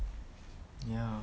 ya